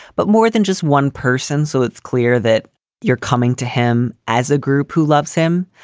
but more than just one person. so it's clear that you're coming to him as a group who loves him.